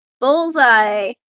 Bullseye